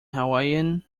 hawaiian